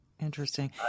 Interesting